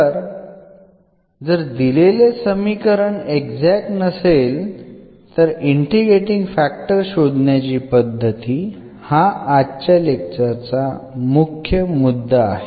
तर जर दिलेले समीकरण एक्झॅक्ट नसेल तर इंटिग्रेटींग फॅक्टर शोधण्याच्या पद्धती हा आजच्या लेक्चर चा मुख्य मुद्दा आहे